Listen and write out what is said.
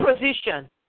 position